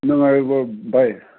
ꯅꯨꯡꯉꯥꯏꯔꯤꯕꯣ ꯕꯥꯏ